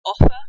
offer